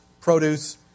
produce